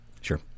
sure